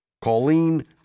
Colleen